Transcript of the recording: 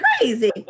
crazy